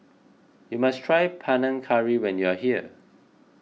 you must try Panang Curry when you are here